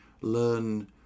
learn